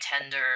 tender